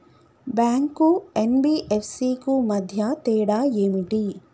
Bank కు NBFC కు మధ్య తేడా ఏమిటి?